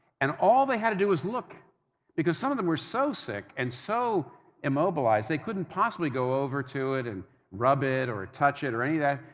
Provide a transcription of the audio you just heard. and all they had to do was look because, some of them were so sick and so immobilized, they couldn't possibly go over to it and rub it or touch it or any of that,